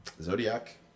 Zodiac